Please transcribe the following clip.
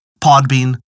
Podbean